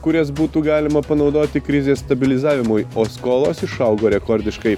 kurias būtų galima panaudoti krizės stabilizavimui o skolos išaugo rekordiškai